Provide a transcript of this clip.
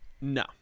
No